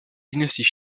dynastie